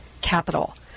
capital